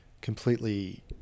completely